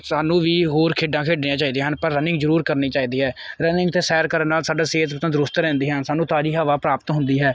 ਸਾਨੂੰ ਵੀ ਹੋਰ ਖੇਡਾਂ ਖੇਡਣੀਆਂ ਚਾਹੀਦੀਆਂ ਹਨ ਪਰ ਰਨਿੰਗ ਜ਼ਰੂਰ ਕਰਨੀ ਚਾਹੀਦੀ ਹੈ ਰਨਿੰਗ ਅਤੇ ਸੈਰ ਕਰਨ ਨਾਲ ਸਾਡਾ ਸਿਹਤ ਵੀ ਤੰਦਰੁਸਤ ਰਹਿੰਦੀ ਹੈ ਸਾਨੂੰ ਤਾਜ਼ੀ ਹਵਾ ਪ੍ਰਾਪਤ ਹੁੰਦੀ ਹੈ